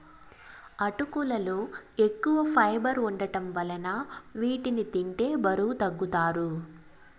అటుకులలో ఎక్కువ ఫైబర్ వుండటం వలన వీటిని తింటే బరువు తగ్గుతారు